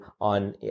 on